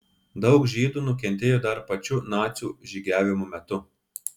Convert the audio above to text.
daug žydų nukentėjo dar pačiu nacių žygiavimo metu